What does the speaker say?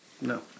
No